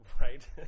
right